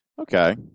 Okay